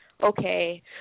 Okay